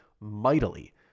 mightily